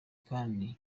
kandi